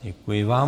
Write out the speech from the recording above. Děkuji vám.